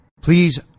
Please